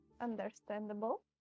Understandable